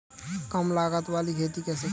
कम लागत वाली खेती कैसे करें?